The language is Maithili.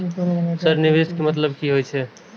सर निवेश के मतलब की हे छे?